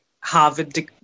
Harvard